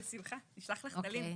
נשלח לך את הלינק.